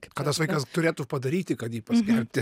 ką tas vaikas turėtų padaryti kad jį paskelbti